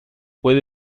puede